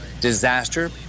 disaster